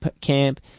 camp